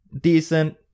Decent